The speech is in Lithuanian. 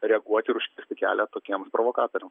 reaguoti ir užkirsti kelią tokiems provokatoriams